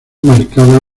marcada